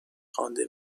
خوانده